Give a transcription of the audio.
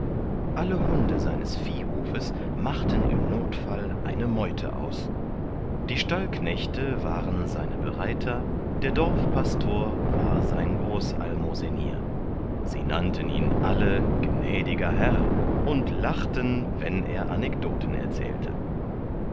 alle hunde seines viehhofes machten im nothfall eine meute aus die stallknechte waren seine bereiter der dorfpastor war sein großalmosenier sie nannten ihn alle gnädiger herr und lachten wenn er anekdoten erzählte